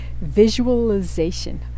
Visualization